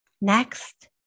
Next